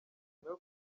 nyuma